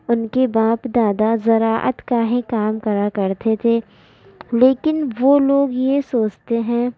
ان کے باپ دادا زراعت کا ہی کام کرا کرتے تھے لیکن وہ لوگ یہ سوچتے ہیں